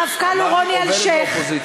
המפכ"ל הוא רוני אלשיך,